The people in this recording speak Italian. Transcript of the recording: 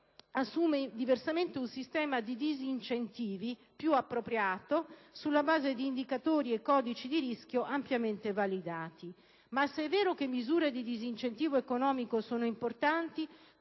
assume, diversamente, un sistema di disincentivi più appropriato sulla base di indicatori e codici di rischio ampiamente validati. Se però è vero che misure di disincentivo economico sono importanti,